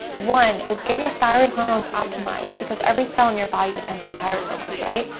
one is get your thyroid hormones optimized because every cell in your body depends on thyroid hormones, right.